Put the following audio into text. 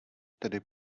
tedy